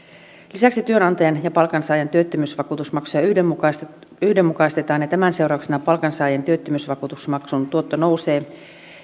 lisäksi työnantajan ja palkansaajan työttömyysvakuutusmaksuja yhdenmukaistetaan ja tämän seurauksena palkansaajan työttömyysvakuutusmaksun tuotto nousee